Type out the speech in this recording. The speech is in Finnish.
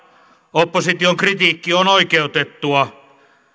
opposition kritiikki on oikeutettua